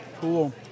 Cool